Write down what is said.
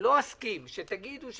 לא אסכים שתגידו,